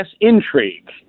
intrigue